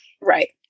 Right